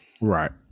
Right